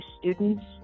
students